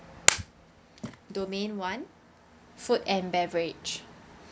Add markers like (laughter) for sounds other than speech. (breath) domain one food and beverage